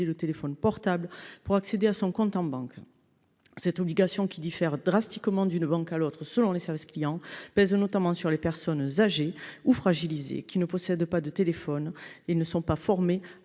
le téléphone portable pour accéder à son compte en banque crée une fracture numérique. Cette obligation, qui diffère drastiquement d’une banque à l’autre selon les services clients, pèse notamment sur les personnes âgées ou fragilisées, qui ne possèdent pas de téléphone et ne sont pas formées à